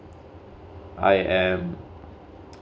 I am